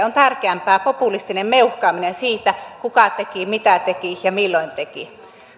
on tärkeämpää populistinen meuhkaaminen siitä kuka teki mitä teki ja milloin teki